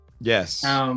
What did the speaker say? Yes